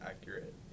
accurate